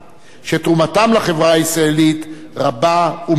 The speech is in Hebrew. שתרומתם לחברה הישראלית רבה ומגוונת.